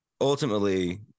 ultimately